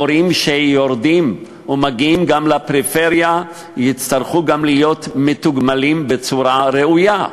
מורים שיורדים ומגיעים לפריפריה יצטרכו גם להיות מתוגמלים בצורה ראויה,